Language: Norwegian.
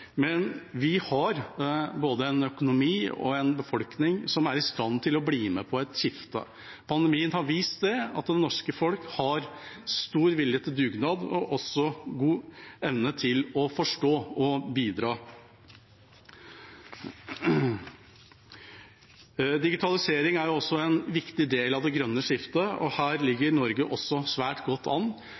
men vi har både en økonomi og en befolkning som er i stand til å bli med på et skifte. Pandemien har vist at det norske folk har stor vilje til dugnad og også god evne til å forstå og bidra. Digitalisering er også en viktig del av det grønne skiftet, og her ligger Norge svært godt an.